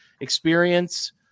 experience